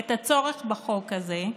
את הצורך בחוק הזה,